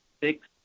six